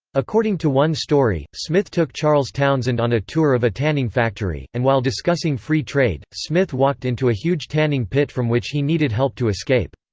according to one story, smith took charles townshend on a tour of a tanning factory, and while discussing free trade, smith walked into a huge tanning pit from which he needed help to escape.